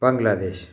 Bangladesh